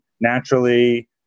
naturally